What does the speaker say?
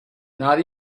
not